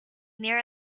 near